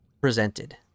presented